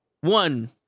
One